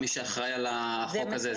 מי שאחראי על החוק הזה,